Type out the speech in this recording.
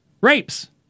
rapes